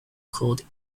called